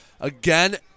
Again